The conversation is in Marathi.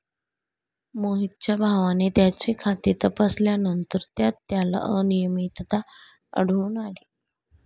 मोहितच्या भावाने त्याचे खाते तपासल्यानंतर त्यात त्याला अनियमितता आढळून आली